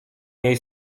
niej